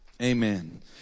Amen